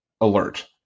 alert